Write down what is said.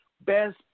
best